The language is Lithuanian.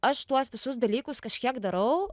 aš tuos visus dalykus kažkiek darau